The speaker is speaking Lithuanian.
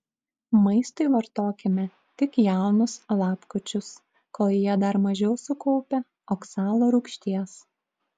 maistui vartokime tik jaunus lapkočius kol jie dar mažiau sukaupę oksalo rūgšties